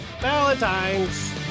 Valentine's